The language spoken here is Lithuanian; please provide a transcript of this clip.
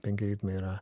penki ritmai yra